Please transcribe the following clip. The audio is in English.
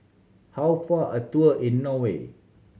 how far a tour in Norway